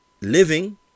living